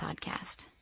podcast